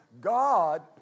God